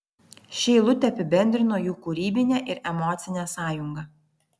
ši eilutė apibendrino jų kūrybinę ir emocinę sąjungą